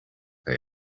they